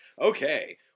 Okay